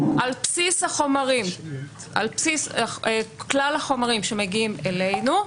על בסיס כלל החומרים שמגיעים אלינו,